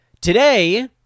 Today